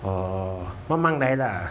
oh 慢慢来啦